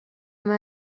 همه